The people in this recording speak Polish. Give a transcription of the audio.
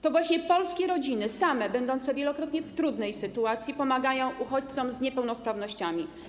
To właśnie polskie rodziny, same będące wielokrotnie w trudnej sytuacji, pomagają uchodźcom z niepełnosprawnościami.